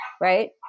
right